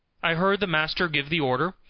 i heard the master give the order,